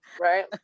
right